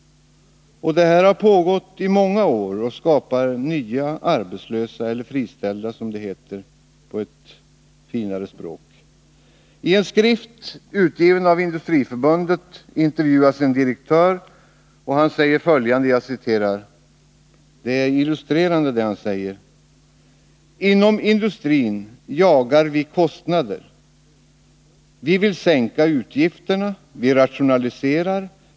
Detta har pågått i många år och skapar nya arbetslösa — eller friställda, som det heter på finare språk. I en skrift utgiften av Industriförbundet intervjuas en direktör, och han säger följande, som är illustrativt: Inom industrin jagar vi kostnader. Vi vill sänka utgifterna. Vi rationaliserar.